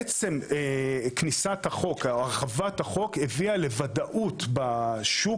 עצם כניסת החוק או הרחבת החוק הביאה לוודאות בשוק